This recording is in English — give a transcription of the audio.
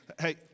hey